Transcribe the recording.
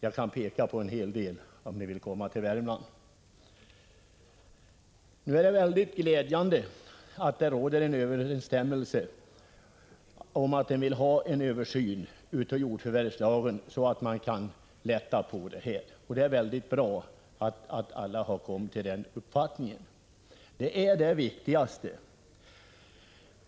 Jag kan peka på en hel del, om ni kommer till Värmland. Det är mycket glädjande att det råder enighet om behovet av en översyn av jordförvärvslagen, så att man ken lätta på bestämmelserna. Det är mycket bra att alla har kommit till denna uppfattning — det är det viktigaste.